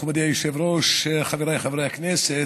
מכובדי היושב-ראש, חבריי חברי הכנסת,